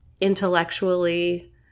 intellectually